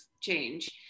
change